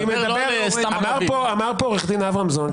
אני לא מדבר על סתם --- אמר פה עורך דין אברמזון,